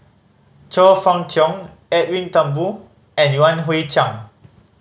Chong Fah Cheong Edwin Thumboo and Yan Hui Chang